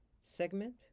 segment